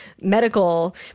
medical